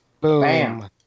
Boom